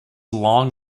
long